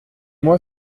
moi